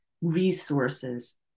resources